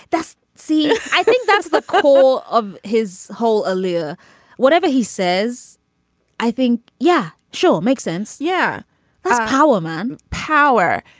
that's. see i think that's the core of his whole allure whatever he says i think yeah sure makes sense. yeah that's power man power